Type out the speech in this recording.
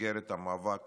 במסגרת המאבק